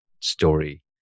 story